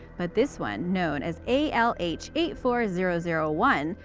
but this one, known as a l h eight four zero zero one,